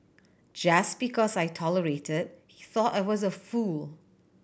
just because I tolerated thought I was a fool